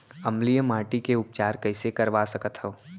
अम्लीय माटी के उपचार कइसे करवा सकत हव?